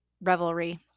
revelry